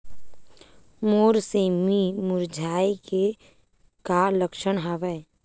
मोर सेमी मुरझाये के का लक्षण हवय?